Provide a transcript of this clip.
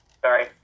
sorry